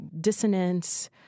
dissonance